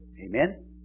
Amen